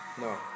No